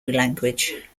language